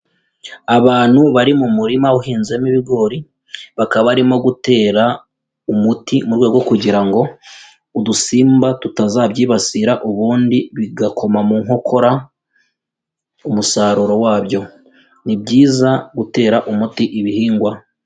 Abantu bari mu murima uhinzemo ibigori, bakaba barimo gutera umuti mu rwego rwo kugira ngo udusimba tutazabyibasira ubundi bigakoma mu nkokora umusaruro wabyo, ni byiza gutera umuti ibihingwa.